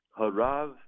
Harav